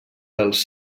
dels